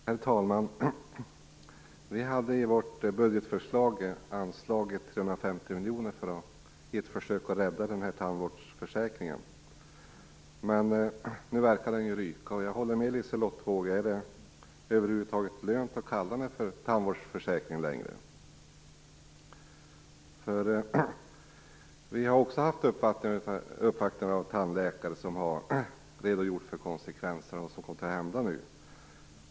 Herr talman! Vänsterpartiet hade i sitt budgetförslag anslagit 350 miljoner kronor i ett försök att rädda tandvårdsförsäkringen. Men nu verkar den ryka, och jag håller med Liselotte Wågö när hon undrar om det över huvud taget är lönt att kalla den för tandvårdsförsäkring längre. Vänsterpartiet har också uppvaktats av tandläkare som har redogjort för konsekvenserna, och för vad som kommer att hända nu.